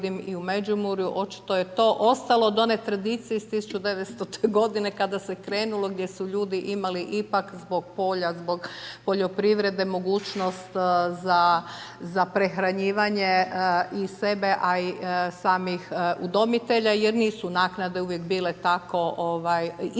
i u Međimurju, očito je to ostalo do one tradicije iz 1900 g. kada se krenulo, gdje su ljudi imali ipak, zbog polja, zbog poljoprivrede, mogućnost za prehranjivanje i sebe, a i samih udomitelja. Jer nisu naknade uvijek bile tako izdašne,